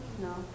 No